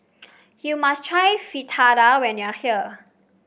you must try Fritada when you are here